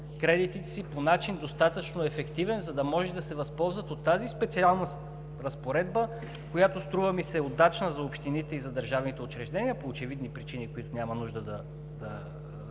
кредитите си по начин, достатъчно ефективен, за да може да се възползват от тази специална разпоредба, която, струва ми се, е удачна за общините и за държавните учреждения. По очевидни причини тук няма нужда да